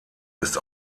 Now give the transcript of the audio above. ist